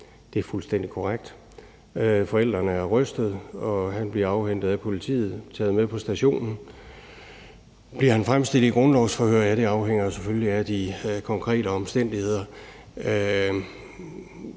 med, er fuldstændig korrekt. Forældrene er rystede, og han bliver afhentet af politiet og bliver taget med på stationen. Bliver han fremstillet i grundlovsforhør? Det afhænger selvfølgelig af de konkrete omstændigheder.